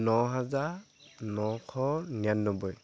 ন হাজাৰ নশ নিৰান্নবৈ